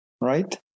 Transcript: right